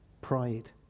pride